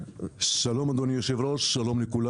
שלום אדוני היושב-ראש, שלום לכולם.